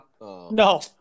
No